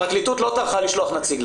הפרקליטות לא טרחה לשלוח לכאן נציג.